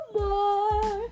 more